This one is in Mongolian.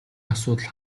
асуудал